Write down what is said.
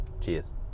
Cheers